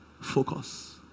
focus